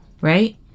right